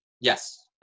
Yes